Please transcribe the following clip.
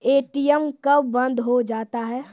ATM कब बंद हो जाता हैं?